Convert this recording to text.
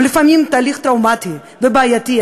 ולפעמים תהליך טראומטי ובעייתי,